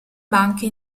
banche